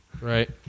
Right